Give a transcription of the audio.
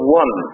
one